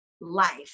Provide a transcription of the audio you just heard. life